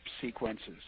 sequences